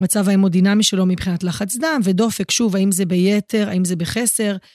מצב ההמודינמי שלו מבחינת לחץ דם, ודופק שוב, האם זה ביתר, האם זה בחסר.